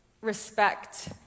respect